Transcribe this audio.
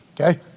Okay